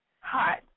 Hot